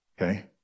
Okay